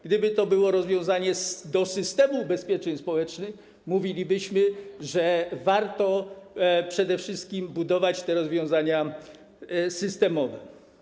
Gdyby to było rozwiązanie kierowane do systemu ubezpieczeń społecznych, mówilibyśmy, że warto przede wszystkim budować te rozwiązania systemowe.